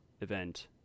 event